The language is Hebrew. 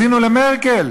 האזינו למרקל.